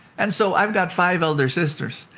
and so, i've got five elder sisters.